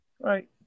Right